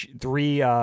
three